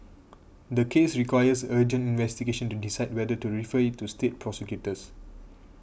the case requires urgent investigation to decide whether to refer it to state prosecutors